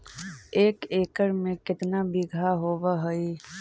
एक एकड़ में केतना बिघा होब हइ?